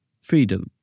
freedom